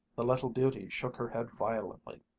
the little beauty shook her head violently.